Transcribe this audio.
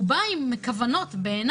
בעיניי הוא בא עם כוונות לפיהן